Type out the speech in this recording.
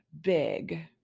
big